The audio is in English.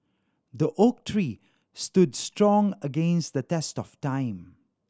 the oak tree stood strong against the test of time